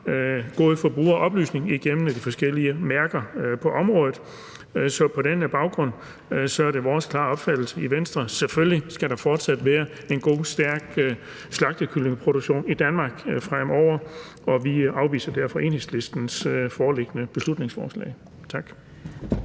god forbrugeroplysning igennem de forskellige mærker på området. Så på den baggrund er det vores klare opfattelse i Venstre, at der selvfølgelig fortsat skal være en god, stærk slagtekyllingeproduktion i Danmark, og vi afviser derfor Enhedslistens foreliggende beslutningsforslag. Tak.